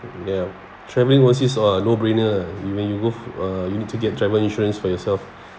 they're traveling overseas all are no brainer you when you go uh you need to get travel insurance for yourself